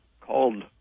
called